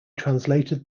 translated